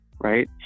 Right